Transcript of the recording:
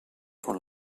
con